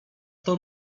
sto